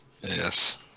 Yes